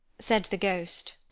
said the ghost,